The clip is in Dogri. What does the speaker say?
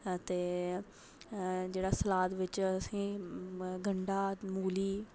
अते जेह्ड़ा सलाद बिच असें गंढा मूली